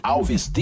Alves